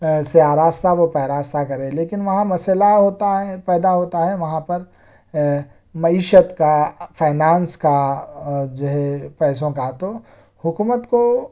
سے آراستہ و پیراستہ کرے لیکن وہاں مسئلہ ہوتا ہے پیدا ہوتا ہے وہاں پر معیشت کا فائنانس کا اور جو ہے پیسوں کا تو حکومت کو